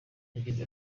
yagize